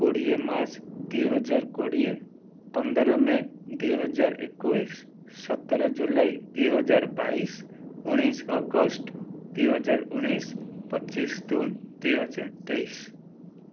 କୋଡ଼ିଏ ମାର୍ଚ୍ଚ ଦୁଇ ହଜାର କୋଡ଼ିଏ ପନ୍ଦର ମେ ଦୁଇ ହଜାର ଏକୋଇଶି ସତର ଜୁଲାଇ ଦୁଇ ହଜାର ବାଇଶି ଉଣେଇଶି ଅଗଷ୍ଟ ଦୁଇ ହଜାର ଉଣେଇଶି ପଚିଶି ଜୁନ୍ ଦୁଇ ହଜାର ତେଇଶି